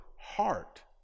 heart